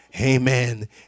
Amen